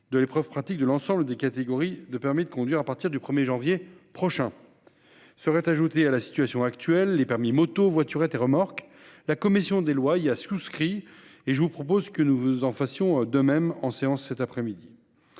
de l'épreuve pratique de l'ensemble des catégories de permis de conduire à compter du 1 janvier prochain. Seraient ajoutés à la situation actuelle les permis motos, voiturettes et remorques. La commission des lois y a souscrit, et je vous propose de faire de même en séance.